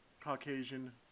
Caucasian